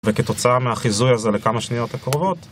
וכתוצאה מהחיזוי הזה לכמה שניות הקרובות